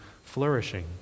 flourishing